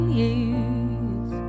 years